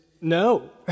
no